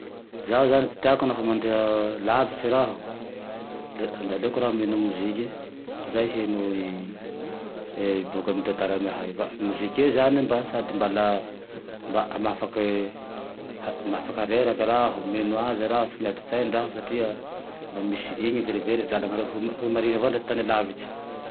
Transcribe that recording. Zaho zane ty teako lafa mandeha lavitsy raho le aleoko raho miheno moziky io, toy izay miheno e boky amy tantaranay, mozike zane sady mba la, mba mahafake reraky aho, miheno aze raho tsy miadi-tsaine raho satria mba misy iny verivery lalany hoy mariny avao dra ty tane lavitse